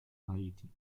haiti